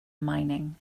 mining